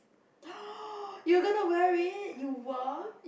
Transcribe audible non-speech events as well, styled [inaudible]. [noise] you gonna wear it you what